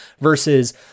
versus